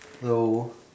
so